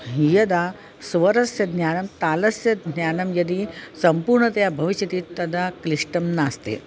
यदा स्वरस्य ज्ञानं तालस्य ज्ञानं यदि सम्पूर्णतया भविष्यति तदा क्लिष्टं नास्ति